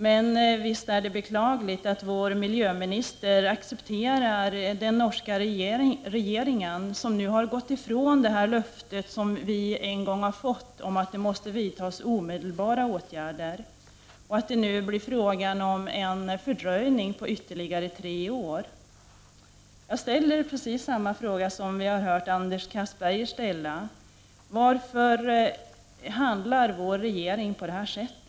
Men visst är det beklagligt att vår miljöminister accepterar att den norska regeringen nu har gått ifrån det löfte vi en gång har fått om att det måste vidtas omedelbara åtgärder. Det blir nu fråga om en fördröjning på ytterligare tre år. Jag ställer precis den fråga som vi har hört Anders Castberger ställa: Varför handlar vår regering på detta sätt?